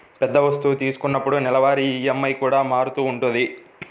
పెద్ద వస్తువు తీసుకున్నప్పుడు నెలవారీ ఈఎంఐ కూడా మారుతూ ఉంటది